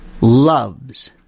loves